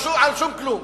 על שום כלום.